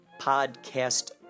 Podcast